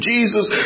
Jesus